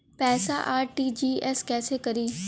पैसा आर.टी.जी.एस कैसे करी?